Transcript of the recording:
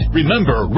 Remember